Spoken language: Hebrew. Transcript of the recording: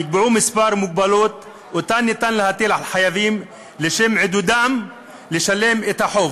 נקבעו כמה מגבלות שניתן להטיל על חייבים לשם עידודם לשלם את החוב,